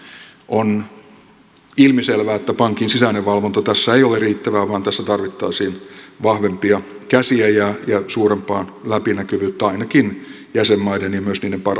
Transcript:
on ilmiselvää että pankin sisäinen valvonta tässä ei ole riittävää vaan tässä tarvittaisiin vahvempia käsiä ja suurempaa läpinäkyvyyttä ainakin jäsenmaiden ja myös niiden parlamenttien suuntaan